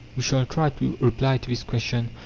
we shall try to reply to this question,